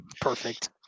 Perfect